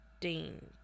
Dean